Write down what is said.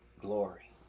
glory